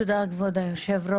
תודה, כבוד היו"ר.